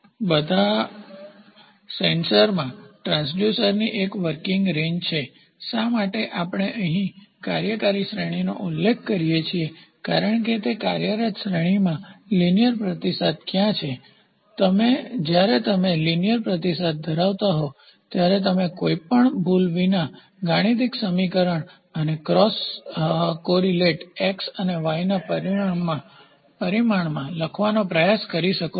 બધા સેન્સરમાં ટ્રાન્સડ્યુસરની એક વર્કિંગ રેન્જ છે શા માટે આપણે આ કાર્યકારી શ્રેણીનો ઉલ્લેખ કરીએ છીએ કારણ કે તે કાર્યકારી શ્રેણીમાં લીનીયરરેખીય પ્રતિસાદ ક્યાં છે જ્યારે તમે લીનીયરરેખીય પ્રતિસાદ ધરાવતા હો ત્યારે તમે કોઈ પણ ભૂલ વિના ગાણિતિક સમીકરણ અને ક્રોસ કોરીલેટ Y અને x ના પરિમાણમાં લખવાનો પ્રયાસ કરી શકો છો